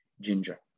ginger